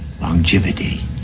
longevity